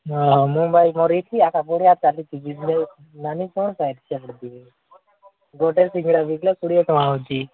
ହଁ ମୁଁ ବା ଏଇ କରେଇଛି ଆଗ ବଢ଼ିଆ ଚାଲିଛି ବିଜନେସ୍ ନାନୀ କ'ଣ ପାଇଁ ଗୋଟେ ସିଙ୍ଗଡ଼ା ବିକିଲେ କୋଡ଼ିଏ ଟଙ୍କା ହେଉଛି